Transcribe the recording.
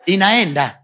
Inaenda